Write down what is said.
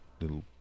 little